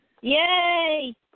Yay